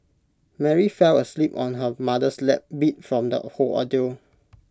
Mary fell asleep on her mother's lap beat from the whole ordeal